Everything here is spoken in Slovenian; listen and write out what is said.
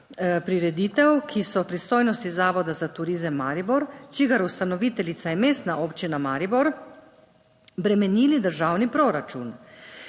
prireditev, ki so v pristojnosti Zavoda za turizem Maribor, čigar ustanoviteljica je Mestna občina Maribor, bremenili državni proračun.